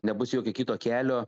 nebus jokio kito kelio